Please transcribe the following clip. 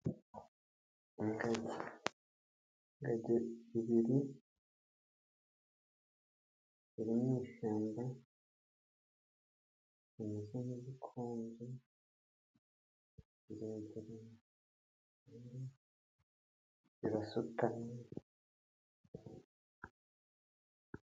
ingo yagebiri iyashyamba imiza'konzu izagarasutani